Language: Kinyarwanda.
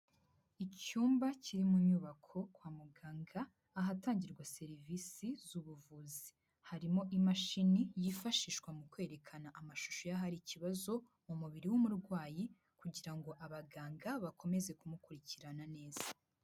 Icyumba kiri mu nyubako kwa muganga ahatangirwa serivisi z'ubuvuzi. Harimo imashini yifashishwa mu kwerekana amashusho y'hariri ikibazo, mu mubiri w'umurwayi kugira ngo abaganga bakomeze kumukurikirana neza.